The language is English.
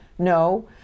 No